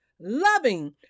loving